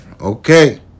Okay